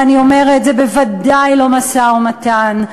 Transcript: ואני אומרת: זה בוודאי לא משא-ומתן.